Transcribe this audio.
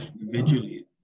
individually